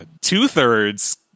two-thirds